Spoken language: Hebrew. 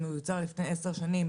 אם הוא יוצר לפני עשר שנים,